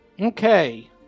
okay